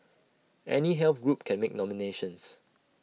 any health group can make nominations